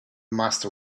master